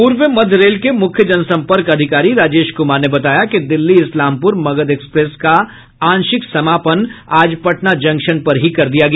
पूर्व मध्य रेल के मुख्य जनसंपर्क अधिकारी राजेश कुमार ने बताया कि दिल्ली इस्लामपुर मगध एक्सप्रेस का आंशिक समापन आज पटना जंक्शन पर ही कर दिया गया